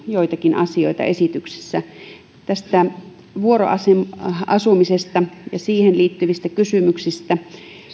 joitakin asioita esityksessä tästä vuoroasumisesta ja siihen liittyvistä kysymyksistä